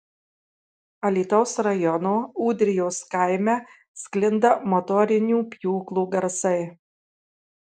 alytaus rajono ūdrijos kaime sklinda motorinių pjūklų garsai